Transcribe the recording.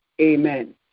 amen